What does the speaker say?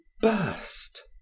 burst